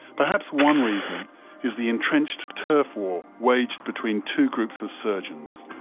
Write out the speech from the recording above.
perhaps one reason is the entrenched turf war waged between two groups of surgeons.